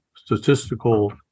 statistical